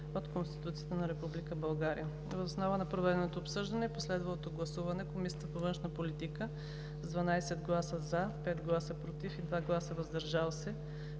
от Конституцията на Република България. Въз основа на проведеното обсъждане и последвалото гласуване Комисията по външна политика с 12 гласа „за“, 5 гласа „против“ и 2 гласа „въздържал се“